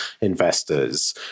investors